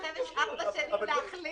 לכם יש ארבע שנים להחליט.